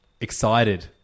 excited